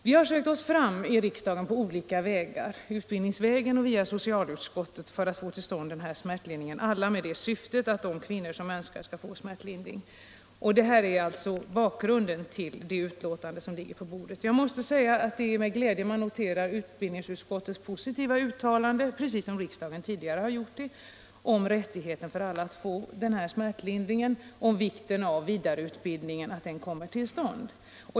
Vi har sökt oss fram med olika förslag här i riksdagen och på olika vägar — utbildningsvägen och via socialutskottet — för att få till stånd snabba resultat, hela tiden med det syftet att de kvinnor som önskar skall få smärtlindring. Detta är bakgrunden till det betänkande som ligger på riksdagens bord. Det är med glädje jag noterar utskottets positiva uttalande — liksom riks dagens tidigare positiva uttalanden — om rättigheten för alla kvinnor att få fullständig smärtlindring och om vikten av att vidareutbildning av barnmorskor kommer till stånd.